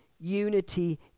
Unity